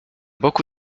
boku